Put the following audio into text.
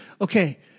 Okay